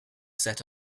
set